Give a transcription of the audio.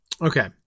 okay